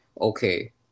okay